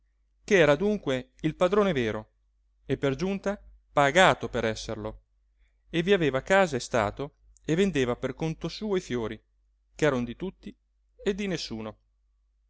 che era dunque il padrone vero e per giunta pagato per esserlo e vi aveva casa e stato e vendeva per conto suo i fiori ch'eran di tutti e di nessuno